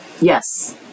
Yes